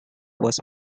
was